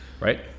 right